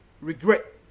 regret